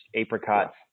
apricots